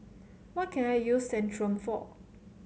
what can I use Centrum for